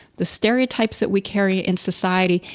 the stereotypes that we carry in society,